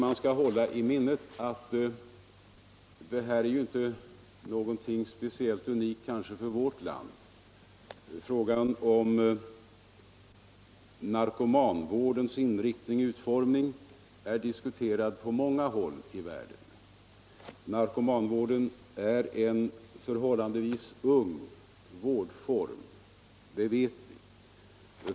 Vi skall hålla i minnet att situationen i vårt land inte är speciellt unik. Frågan om narkomanvårdens inriktning och utformning diskuteras på många håll i världen. Narkomanvården är en förhållandevis ung vårdform, det vet vi.